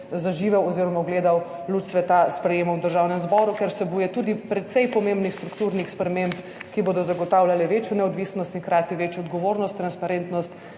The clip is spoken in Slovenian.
zaživel oziroma ugledal luč sveta, s sprejemom v Državnem zboru, ker vsebuje tudi precej pomembnih strukturnih sprememb, ki bodo zagotavljale večjo neodvisnost in hkrati večjo odgovornost, transparentnost